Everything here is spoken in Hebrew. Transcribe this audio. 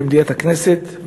במליאת הכנסת.